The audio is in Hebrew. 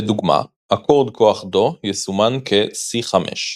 לדוגמה, אקורד כוח דו יסומן כ־"C5".